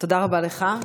תודה רבה לך.